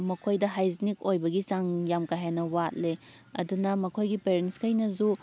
ꯃꯈꯣꯏꯗ ꯍꯥꯏꯖꯤꯅꯤꯛ ꯑꯣꯏꯕꯒꯤ ꯆꯥꯡ ꯌꯥꯝ ꯀꯥ ꯍꯦꯟꯅ ꯋꯥꯠꯂꯦ ꯑꯗꯨꯅ ꯃꯈꯣꯏꯒꯤ ꯄꯦꯔꯦꯟꯁ ꯈꯩꯅꯁꯨ